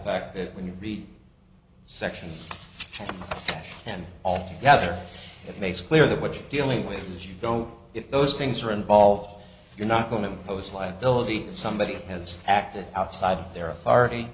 fact that when you read sections and all together it makes clear that what you're dealing with is you don't get those things are involved you're not going to pose liability somebody has acted outside their authority